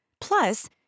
Plus